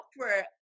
software